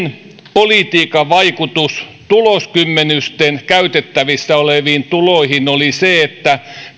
politiikan vaikutus tuloskymmenysten käytettävissä oleviin tuloihin oli se että